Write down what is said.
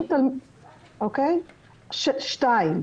דבר שני,